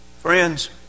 Friends